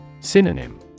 Synonym